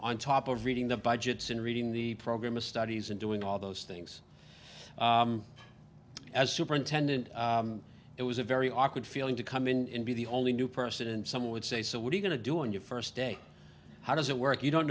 on top of reading the budgets and reading the program of studies and doing all those things as superintendent it was a very awkward feeling to come in be the only new person and some would say so what are you going to do on your first day how does it work you don't